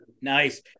Nice